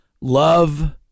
love